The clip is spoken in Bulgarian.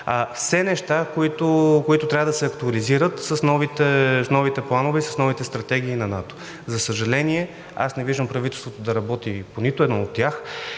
все неща, които трябва да се актуализират с новите планове и с новите стратегии на НАТО. За съжаление, аз не виждам правителството да работи по нито едно от тях.